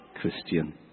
Christian